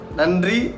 Nandri